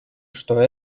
что